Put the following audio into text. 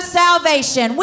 salvation